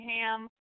Ham